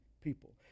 people